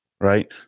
right